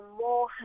more